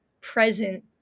present